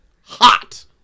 hot